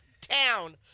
town